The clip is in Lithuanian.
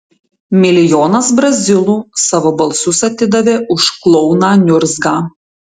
milijonas brazilų savo balsus atidavė už klouną niurzgą